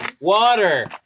Water